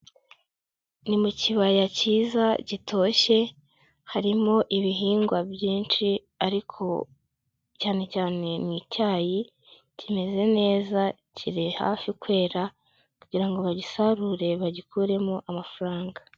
Ni mu kibaya kiza gitoshye, harimo ibihingwa byinshi ariko cyane cyane ni icyayi kimeze neza, kiri hafi kwera kugira ngo bagisarure bagikuremo amafaranga.